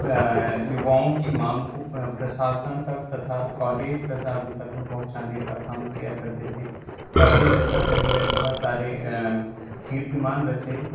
युवाओं की मांग को प्रशासन तक तथा काॅलेज प्रशासन तक हम पहुँचाने का काम किया करते थें कॉलेज स्तर पे हमने बहुत सारे कीर्तिमान रचे